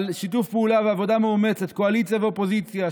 על שיתוף פעולה ועבודה מאומצת של קואליציה ואופוזיציה.